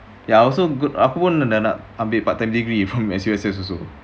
ya also good aku pun nak ambil part-time degree dekat S_U_S_S also